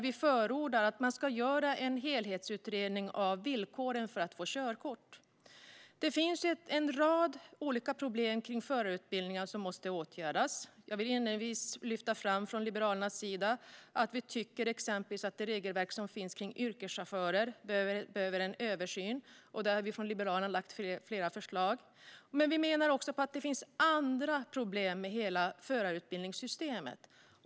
Vi förordar att man ska göra en helhetsutredning av villkoren för att få körkort. Det finns en rad olika problem kring förarutbildningar som måste åtgärdas. Jag vill exempelvis från Liberalernas sida lyfta fram att vi tycker att det regelverk som finns kring yrkeschaufförer behöver en översyn. Där har vi från Liberalerna lagt fram flera förslag. Men vi menar också att det finns andra problem med hela förarutbildningssystemet.